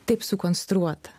taip sukonstruota